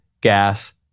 gas